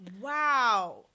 wow